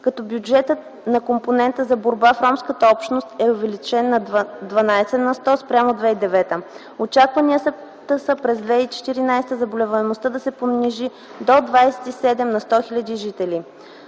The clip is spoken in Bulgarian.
като бюджетът на компонента за работа в ромската общност е увеличен на 12 на сто спрямо 2009 г. Очакванията са през 2014 г. заболеваемостта да се понижи до 27 на 100 хил. жители.